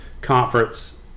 conference